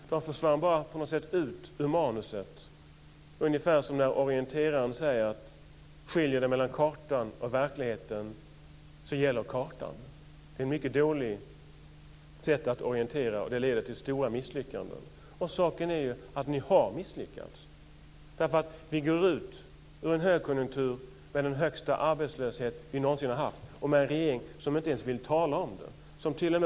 Det här försvann på något sätt bara ut ur manuset, ungefär som när orienteraren säger att skiljer det mellan kartan och verkligheten, så gäller kartan. Det är ett mycket dåligt sätt att orientera, och det leder till stora misslyckanden. Saken är att ni har misslyckats, därför att vi går ut ur en högkonjunktur med den högsta arbetslöshet som vi någonsin har haft och med en regering som inte ens vill tala om den.